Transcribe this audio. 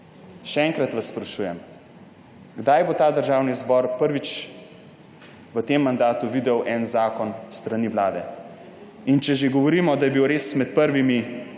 Še enkrat vas sprašujem, kdaj bo ta Državni zbor prvič v tem mandatu videl en zakon s strani vlade. Če že govorimo, da je bil res med prvimi